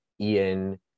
Ian